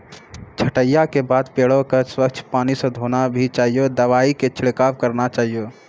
छंटाई के बाद पेड़ क स्वच्छ पानी स धोना भी चाहियो, दवाई के छिड़काव करवाना चाहियो